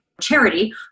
charity